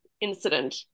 incident